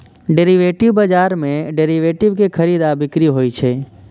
derivative बाजार मे derivative के खरीद आ बिक्री होइ छै